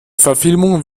verfilmung